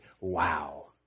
wow